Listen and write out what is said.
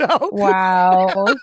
Wow